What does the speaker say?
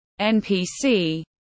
NPC